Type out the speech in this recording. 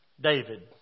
David